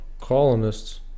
colonists